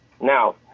Now